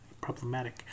problematic